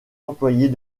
employés